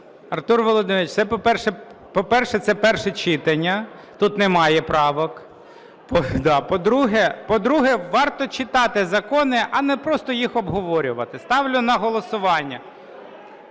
Артур Володимирович, по-перше, це перше читання, тут немає правок. По-друге, варто читати закони, а не просто їх обговорювати. Ставлю на голосування...